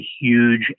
huge